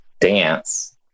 dance